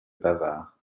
bavard